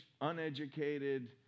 uneducated